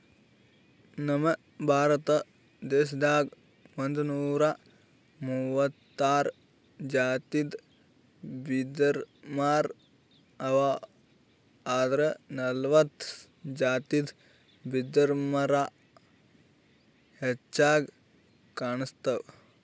ನಮ್ ಭಾರತ ದೇಶದಾಗ್ ಒಂದ್ನೂರಾ ಮೂವತ್ತಾರ್ ಜಾತಿದ್ ಬಿದಿರಮರಾ ಅವಾ ಆದ್ರ್ ನಲ್ವತ್ತ್ ಜಾತಿದ್ ಬಿದಿರ್ಮರಾ ಹೆಚ್ಚಾಗ್ ಕಾಣ್ಸ್ತವ್